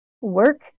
work